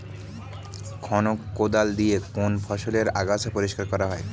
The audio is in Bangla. খনক কোদাল দিয়ে কোন ফসলের আগাছা পরিষ্কার করা হয়?